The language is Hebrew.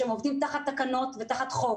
שהם עובדים תחת תקנות ותחת חוק,